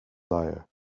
liar